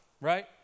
right